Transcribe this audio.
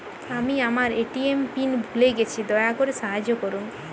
আমি আমার ATM pin ভুলে গেছি, দয়া করে সাহায্য করুন